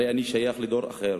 הרי אני שייך לדור אחר,